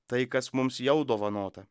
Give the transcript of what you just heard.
tai kas mums jau dovanota